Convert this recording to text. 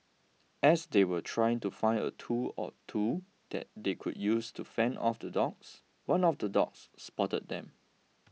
as they were trying to find a tool or two that they could use to fend off the dogs one of the dogs spotted them